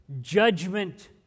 judgment